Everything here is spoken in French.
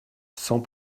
sans